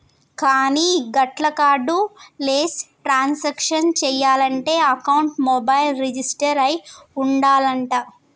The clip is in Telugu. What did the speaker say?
కానీ గట్ల కార్డు లెస్ ట్రాన్సాక్షన్ చేయాలంటే అకౌంట్ మొబైల్ రిజిస్టర్ అయి ఉండాలంట